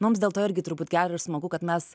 mums dėl to irgi turbūt gera ir smagu kad mes